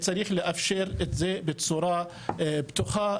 צריך לאפשר את זה בצורה בטוחה,